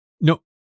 No